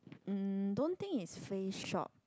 um don't think is Face-Shop